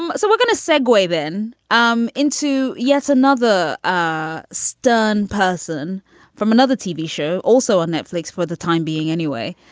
um so we're gonna segway then um into yet another ah stunt person from another tv show, also on netflix for the time being, anyway.